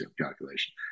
calculation